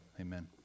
Amen